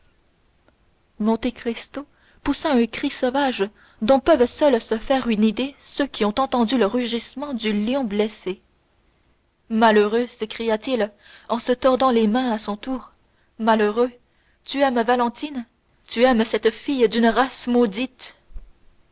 monte cristo poussa un cri sauvage dont peuvent seuls se faire une idée ceux qui ont entendu le rugissement du lion blessé malheureux s'écria-t-il en se tordant les mains à son tour malheureux tu aimes valentine tu aimes cette fille d'une race maudite